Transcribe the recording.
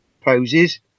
poses